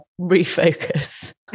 refocus